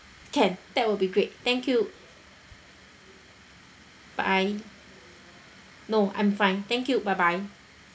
can that will be great thank you bye no I'm fine thank you bye bye